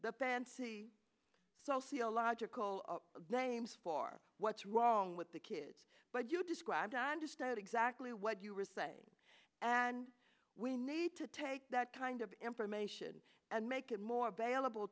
the fancy sociological names for what's wrong with the kids but you described i understand exactly what you were saying and we need to take that kind of information and make it more bailab